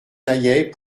naillet